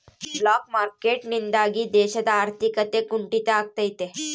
block market ನಿಂದಾಗಿ ದೇಶದ ಆರ್ಥಿಕತೆ ಕುಂಟಿತ ಆಗ್ತೈತೆ